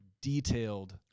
detailed